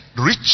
rich